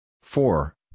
four